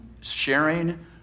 sharing